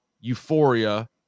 Euphoria